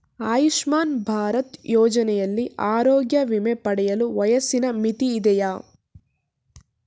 ಆಯುಷ್ಮಾನ್ ಭಾರತ್ ಯೋಜನೆಯಲ್ಲಿ ಆರೋಗ್ಯ ವಿಮೆ ಪಡೆಯಲು ವಯಸ್ಸಿನ ಮಿತಿ ಇದೆಯಾ?